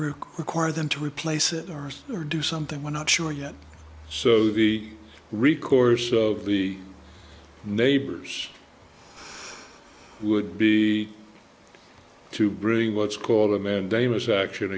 require them to replace it ours or do something we're not sure yet so the recourse of the neighbors would be to bring what's called a mandamus action